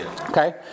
Okay